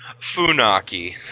Funaki